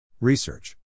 Research